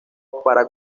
para